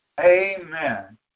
Amen